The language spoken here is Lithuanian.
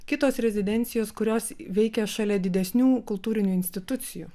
kitos rezidencijos kurios veikia šalia didesnių kultūrinių institucijų